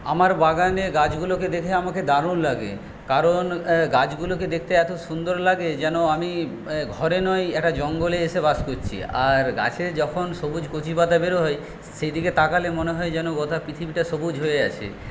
আমার বাগানে গাছগুলোকে দেখে আমার দারুণ লাগে কারণ গাছগুলোকে দেখতে এত সুন্দর লাগে যেন আমি ঘরে নয় একটা জঙ্গলে এসে বাস করছি আর গাছে যখন সবুজ কচিপাতা বের হয় সেইদিকে তাকালে মনে হয় যেন গোটা পৃথিবীটা সবুজ হয়ে আছে